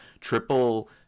triple